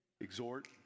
Exhort